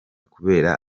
kubera